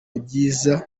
ibyiza